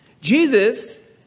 Jesus